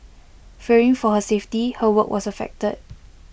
fearing for her safety her work was affected